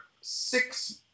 six